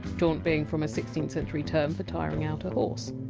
jaunt being from a sixteenth century term for tiring out a horse.